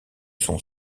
son